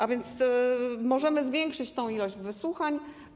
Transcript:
A więc możemy zwiększyć tę ilość wysłuchań.